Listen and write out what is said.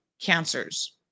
cancers